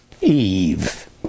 Eve